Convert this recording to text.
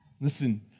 Listen